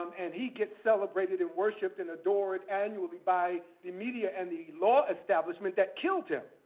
um and he gets celebrated, and worshiped, and adored annually by the media and the law establishment that killed him.